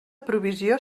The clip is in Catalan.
provisió